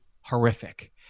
horrific